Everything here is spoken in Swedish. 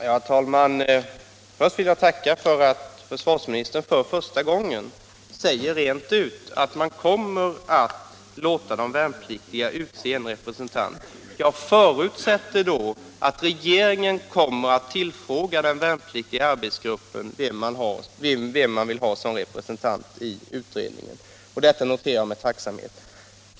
Herr talman! Först vill jag tacka för att försvarsministern för första gången säger rent ut att regeringen kommer att låta de värnpliktiga utse en representant, och jag förutsätter att regeringen kommer att tillfråga den värnpliktiga arbetsgruppen vem den vill ha som representant i utredningen. Detta noterar jag med tacksamhet.